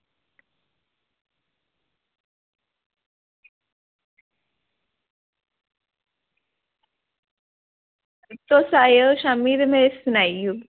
तुस आयो शामीं ते में सनाई ओड़गी